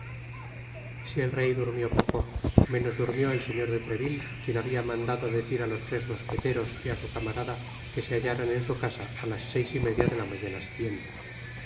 si el rey durmió poco menos durmió el señor de treville quien habia mandado decir á los tres mosqueteros y á su camafada que se hallaran en su casa á las seis y media de ta mañana siguiente